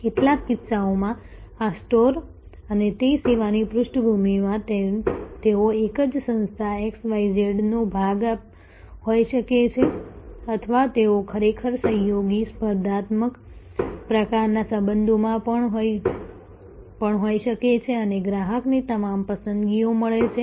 કેટલાક કિસ્સાઓમાં આ સ્ટોર અને તે સેવાની પૃષ્ઠભૂમિમાં તેઓ એક જ સંસ્થા XYZ નો ભાગ હોઈ શકે છે અથવા તેઓ ખરેખર સહયોગી સ્પર્ધાત્મક પ્રકારના સંબંધોમાં પણ હોઈ શકે છે અને ગ્રાહકને તમામ પસંદગીઓ મળે છે